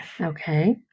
Okay